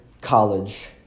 college